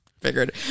figured